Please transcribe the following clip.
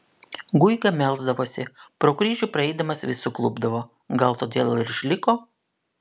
guiga melsdavosi pro kryžių praeidamas vis suklupdavo gal todėl ir išliko